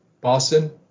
Boston